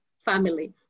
family